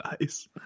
nice